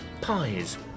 pies